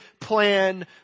plan